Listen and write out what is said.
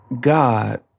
God